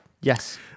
Yes